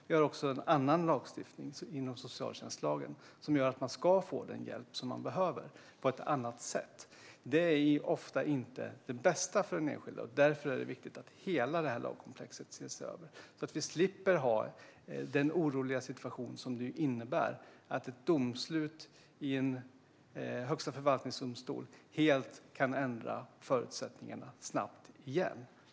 Vi har också annan lagstiftning, socialtjänstlagen, som gör att man ska få den hjälp man behöver men på ett annat sätt. Det är oftast inte det bästa för den enskilde, och därför är det viktigt att hela det här lagkomplexet ses över, så att vi slipper ha den oroliga situation som det ju innebär att ett domslut i Högsta förvaltningsdomstolen helt kan ändra förutsättningarna igen.